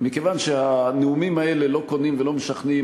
מכיוון שהנאומים האלה לא קונים ולא משכנעים